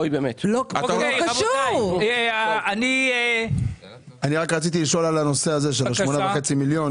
רציתי לשאול לגבי ה-8.5 מיליון.